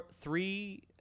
three